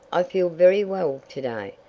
i feel very well to-day,